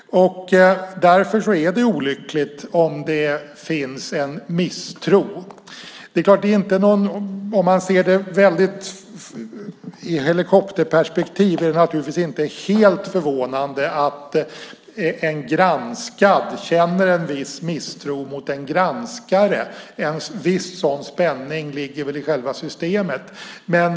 Därför är det olyckligt om det finns en misstro. Ser man det i helikopterperspektiv är det inte helt förvånande att en granskad känner en viss misstro mot en granskare. En viss sådan spänning ligger i själva systemet.